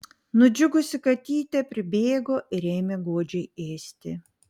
nudžiugusi katytė pribėgo ir ėmė godžiai ėsti